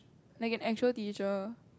like an actual teacher